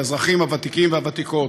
של האזרחים הוותיקים והוותיקות.